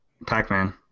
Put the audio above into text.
Pac-Man